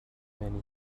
many